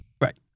Right